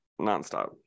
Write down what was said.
nonstop